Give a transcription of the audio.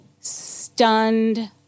stunned